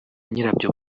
nyirabyo